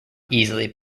easily